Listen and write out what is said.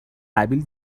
قبیل